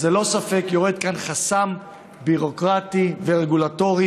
אז ללא ספק יורד כאן חסם ביורוקרטי ורגולטורי,